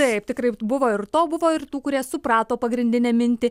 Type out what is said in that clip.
taip tikrai buvo ir to buvo ir tų kurie suprato pagrindinę mintį